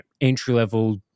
entry-level